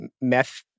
meth